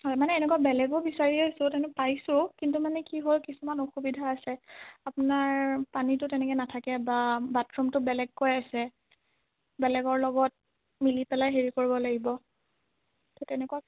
হয় মানে এনেকুৱা বেলেগো বিচাৰি আছোঁ তাৰমানে পাইছোঁ কিন্তু মানে কি হ'ল কিছুমান অসুবিধা আছে আপোনাৰ পানীটো তেনেকে নাথাকে বা বাথৰুমটো বেলেগকৈ আছে বেলেগৰ লগত মিলি পেলাই হেৰি কৰিব লাগিব সেই তেনেকুৱা